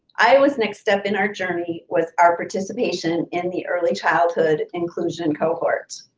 iowa's next step in our journey was our participation in the early childhood inclusion cohorts.